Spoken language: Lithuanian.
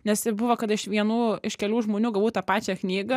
nes ir buvo kad aš vienų iš kelių žmonių gavau tą pačią knygą